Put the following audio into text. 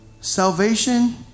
Salvation